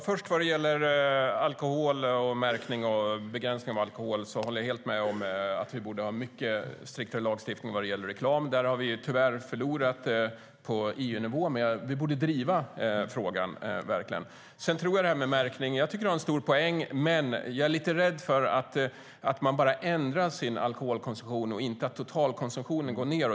Fru talman! Vad gäller alkoholmärkning och begränsning av alkohol håller jag helt med om att vi borde ha mycket striktare lagstiftning vad gäller reklam. Där förlorade vi tyvärr på EU-nivå, men vi borde verkligen driva frågan. Du har en stor poäng med märkningen, Carl Schlyter, men jag är rädd att man bara ändrar sin alkoholkonsumtion utan att totalkonsumtionen går ned.